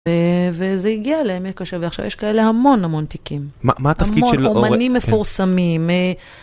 וזה הגיע להם, ועכשיו יש כאלה המון המון תיקים, המון אומנים מפורסמים.